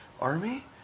army